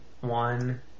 One